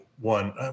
one